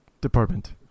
department